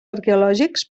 arqueològics